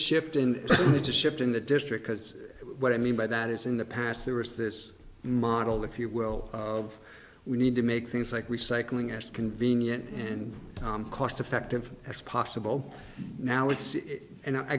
to ship in the district has what i mean by that is in the past there was this model if you will of we need to make things like recycling as convenient and cost effective as possible now it's and i